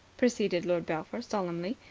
proceeded lord belpher solemnly.